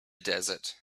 desert